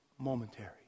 momentary